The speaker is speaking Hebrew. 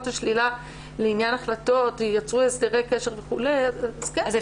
השלילה לעניין החלטות יצרו הסדרי קשר וכו' אז כן,